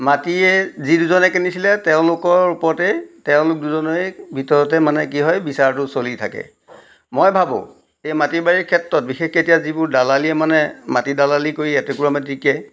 মাটিয়ে যি দুজনে কিনিছিলে তেওঁলোকৰ ওপৰতে তেওঁলোক দুজনৰেই ভিতৰতে মানে কি হয় বিচাৰটো চলি থাকে মই ভাবোঁ এই মাটি বাৰী ক্ষেত্ৰত বিশেষকৈ এতিয়া যিবোৰ দালালিয়ে মানে মাটি দালালি কৰি এটোকোৰা মাটিকে